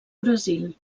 brasil